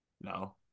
No